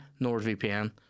NordVPN